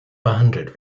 behandelt